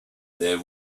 there